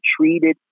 treated